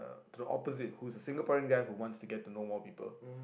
the opposite who's a Singaporean guy who wants to get to know more people